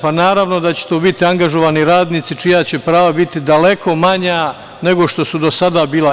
Pa naravno da će to biti angažovani radnici čija će prava biti daleko manja nego što su do sada bila.